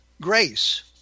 grace